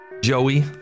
Joey